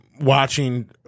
watching